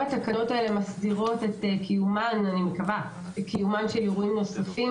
התקנות האלה מסדירות את קיומם של אירועים נוספים